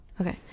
okay